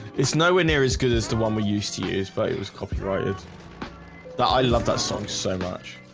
it's nowhere near as good as the one we used to use but it was copyrighted that i love that song so much